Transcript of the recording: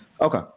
Okay